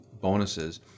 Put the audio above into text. bonuses